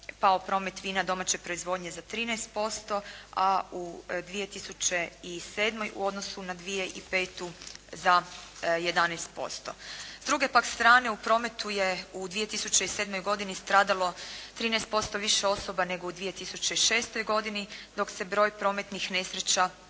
pao promet vina domaće proizvodnje za 13% a u 2007. u odnosu na 2005. za 11%. S druge pak strane u prometu je u 2007. godini stradalo 13% više osoba nego u 2006. godini dok se broj prometnih nesreća